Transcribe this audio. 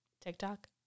TikTok